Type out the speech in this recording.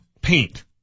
paint